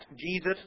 Jesus